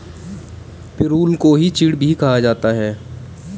पिरुल को ही चीड़ भी कहा जाता है